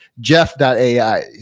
Jeff.ai